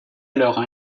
alors